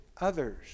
others